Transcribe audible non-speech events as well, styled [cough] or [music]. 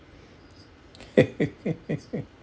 [laughs]